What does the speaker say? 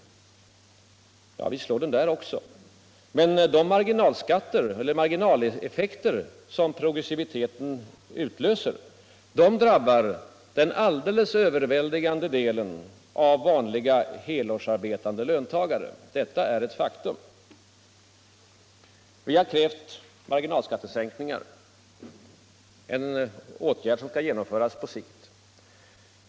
Visst slår den där också, men de marginaleffekter som progressiviteten utlöser drabbar den alldeles överväldigande delen av vanliga helårsarbetande löntagare. Detta är ett faktum. Vi har krävt marginalskattesänkningar, en åtgärd som skall genomföras på sikt.